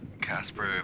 Casper